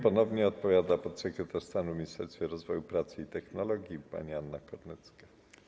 Ponownie odpowiada podsekretarz stanu w Ministerstwie Rozwoju, Pracy i Technologii pani Anna Kornecka.